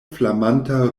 flamanta